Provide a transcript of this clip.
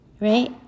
right